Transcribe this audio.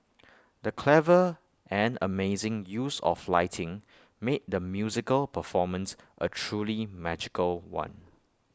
the clever and amazing use of lighting made the musical performance A truly magical one